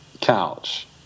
couch